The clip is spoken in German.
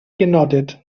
genordet